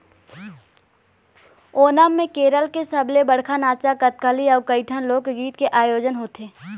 ओणम म केरल के सबले बड़का नाचा कथकली अउ कइठन लोकगीत के आयोजन होथे